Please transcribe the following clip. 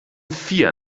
vier